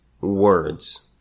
words